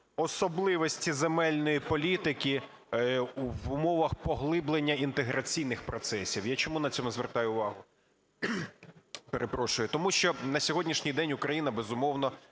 особливості земельної політики в умовах поглиблення інтеграційних процесів. Я чому на це звертаю увагу? Перепрошую. Тому що на сьогоднішній день Україна, безумовно,